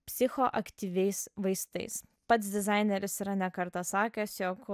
psichoaktyviais vaistais pats dizaineris yra ne kartą sakęs jog